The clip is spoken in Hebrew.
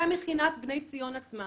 ומכינת בני ציון עצמה